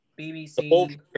BBC